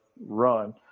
run